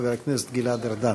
חבר הכנסת גלעד ארדן.